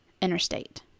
interstate